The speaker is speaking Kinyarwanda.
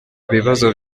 ibibazo